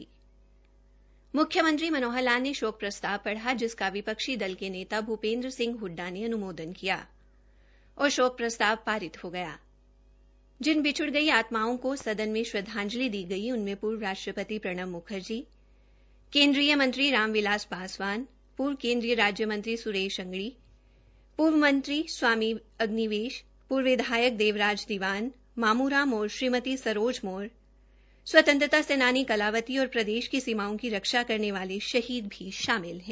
म्ख्यमंत्री मनोहर लाल ने शोक प्रस्ताव पढ़ा जिसका विपक्षी दल के नेता भूपेन्द्र सिंह हडडा ने अन्मोदन किया और शोक का प्रस्ताव पारित हो गया जिन बिछ्ड़ गई आत्माओं को सदन में श्रदधांजलि दी गई उनमे पर्व राष्ट्रपति प्रणब मुखर्जी केन्द्रीय मंत्री राम बिलास पासवान पूर्व केन्द्रीय राज्य मंत्री स्रेश अंगड़ी पूर्व मंत्री स्वामी अग्निवेश पूर्व विधायक सरोज पूर्व विधायक देवराज दीवान मामू लाल और श्रीमती सरोज मोर और स्वतंत्रता सेनानी कलावती और प्रदेश की सीमाओं की रक्षा करने वोल शहीद भी शामिल है